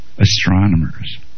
astronomers